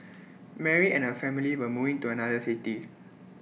Mary and her family were moving to another city